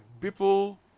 people